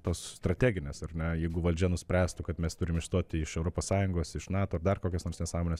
tos strateginės ar ne jeigu valdžia nuspręstų kad mes turim išstoti iš europos sąjungos iš nato ar dar kokias nors nesąmones